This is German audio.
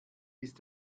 ist